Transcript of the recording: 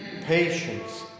patience